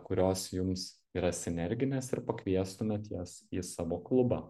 kurios jums yra sinerginės ir pakviestumėt jas į savo klubą